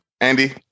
Andy